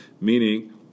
Meaning